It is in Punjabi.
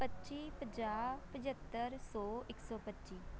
ਪੱਚੀ ਪੰਜਾਹ ਪੰਝੱਤਰ ਸੌ ਇੱਕ ਸੌ ਪੱਚੀ